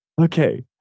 Okay